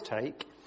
take